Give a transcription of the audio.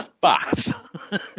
bath